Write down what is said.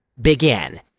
Begin